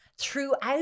throughout